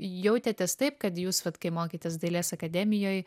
jautėtės taip kad jūs vat kai mokėtės dailės akademijoj